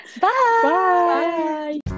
Bye